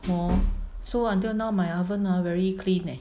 lor so until now my oven ah very clean leh